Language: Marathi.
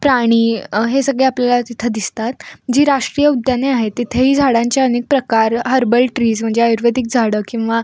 प्राणी हे सगळे आपल्याला तिथं दिसतात जी राष्ट्रीय उद्याने आहेत तिथेही झाडांचे अनेक प्रकार हार्बल ट्रीज म्हणजे आयुर्वेदिक झाडं किंवा